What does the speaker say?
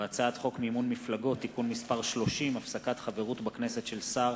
והצעת חוק מימון מפלגות (תיקון מס' 30) (הפסקת חברות בכנסת של שר),